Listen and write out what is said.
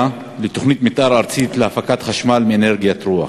בתוכנית מתאר ארצית להפקת חשמל מאנרגיית רוח,